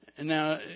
Now